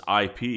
IP